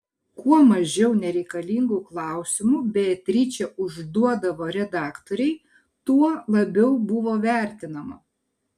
kuo mažiau nereikalingų klausimų beatričė užduodavo redaktorei tuo labiau buvo vertinama